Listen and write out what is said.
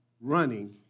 running